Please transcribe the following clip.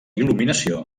il·luminació